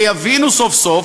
ויבינו סוף-סוף,